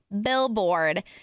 billboard